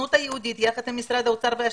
הסוכנות היהודית יחד עם משרד האוצר והשיכון.